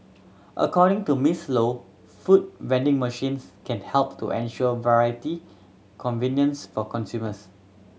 according to Miss Low food vending machines can help to ensure variety convenience for consumers